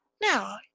Now